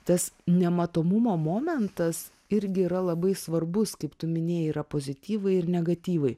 tas nematomumo momentas irgi yra labai svarbus kaip tu minėjai yra pozityvai ir negatyvai